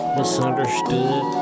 Misunderstood